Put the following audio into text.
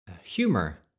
humor